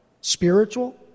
spiritual